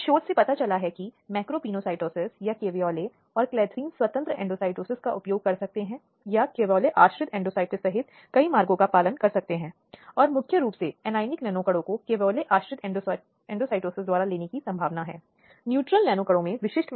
अब जैसा कि मैंने कहा न्यायाधीश एक अंपायरनिर्णायक के रूप में कार्य करता है और न्यायाधीश तर्क सुनकर चुपचाप बैठ जाता है लेकिन इस बात पर भी समान रूप से जोर दिया गया है कि न्यायाधीश को यह सुनिश्चित करना चाहिए कि यह ऐसा मंच न बने जहां व्यक्तित्व अखंडता या जहां व्यक्ति की गरिमा को गिराया जाता हो